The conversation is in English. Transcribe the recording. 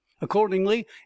Accordingly